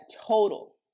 total